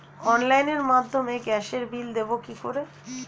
অনলাইনের মাধ্যমে গ্যাসের বিল দেবো কি করে?